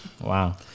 Wow